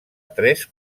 tres